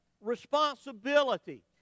responsibility